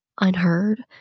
unheard